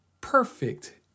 perfect